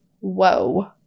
Whoa